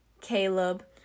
Caleb